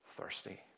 thirsty